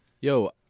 Yo